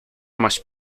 must